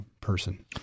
person